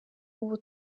ubu